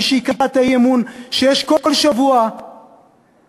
מי שיקרא את האי-אמון שיש כל שבוע פשוט